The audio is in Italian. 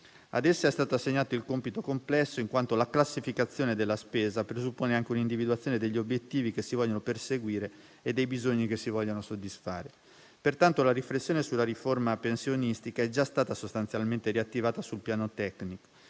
Ad essa è stato assegnato il compito complesso in quanto la classificazione della spesa presuppone anche un'individuazione degli obiettivi che si vogliono perseguire e dei bisogni che si vogliono soddisfare. Pertanto, la riflessione sulla riforma pensionistica è già stata sostanzialmente riattivata sul piano tecnico